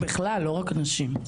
בכלל, לא רק כלפי נשים.